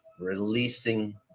releasing